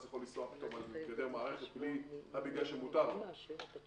יוכל לנסוע פתאום על - רק כי מותר לו,